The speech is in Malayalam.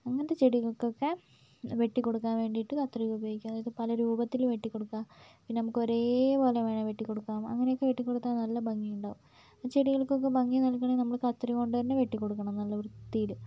അങ്ങനത്തെ ചെടികൾക്കൊക്കെ വെട്ടിക്കൊടുക്കാൻ വേണ്ടിയിട്ട് കത്രിക ഉപയോഗിക്കും അതായത് പല രൂപത്തിലും വെട്ടിക്കൊടുക്കാം പിന്നെ നമുക്ക് ഒരേപോലെ വേണമെങ്കിൽ വെട്ടിക്കൊടുക്കാം അങ്ങനെയൊക്കെ വെട്ടിക്കൊടുത്താൽ നല്ല ഭംഗി ഉണ്ടാവും ചെടികൾക്കൊക്കെ ഭംഗി നൽകണമെങ്കിൽ നമ്മൾ കത്രിക കൊണ്ട് തന്നെ വെട്ടിക്കൊടുക്കണം നല്ല വൃത്തിയിൽ